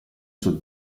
sul